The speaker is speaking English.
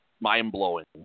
mind-blowing